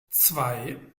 zwei